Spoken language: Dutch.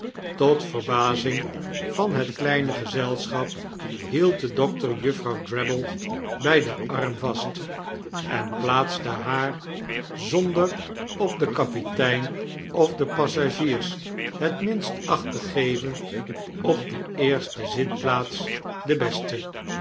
tot verbazing van het kleine gezelschap hield de dokter juffrouw drabble by den arm vast en plaatste haar zonder op den kapitein of de passagiers het minst acht te geven op de eerste zitplaats de beste